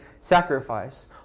sacrifice